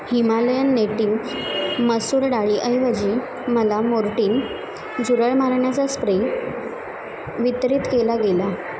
Himalayan native मसूर डाळीऐवजी मला मोर्टीन झुरळ मारण्याचा स्प्रे वितरित केला गेला